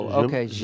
okay